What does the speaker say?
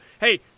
hey